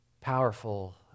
powerful